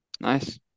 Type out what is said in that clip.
Nice